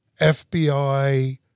FBI